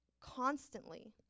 constantly